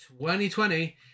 2020